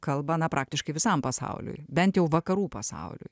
kalbant na praktiškai visam pasauliui bent jau vakarų pasauliui